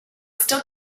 still